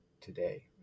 today